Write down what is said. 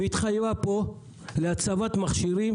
והתחייבה להציב מכשירים